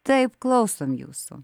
taip klausom jūsų